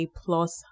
plus